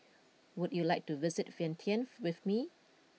would you like to visit Vientiane with me